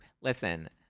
Listen